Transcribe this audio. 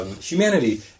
humanity